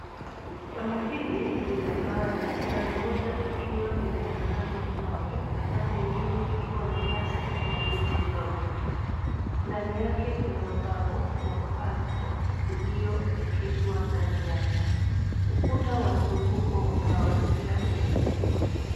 Shamba hili limegawanywa pande moja ikiwa imetandazwa mawe na pande ingine ikiwa na nyasi na miti ndogo. Ndani yake kuna ubao wa Pearl Court ulio ekezwa ndani yake. Ukuta wa mzunguko wa mawe pia umejengwa.